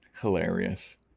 Hilarious